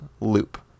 loop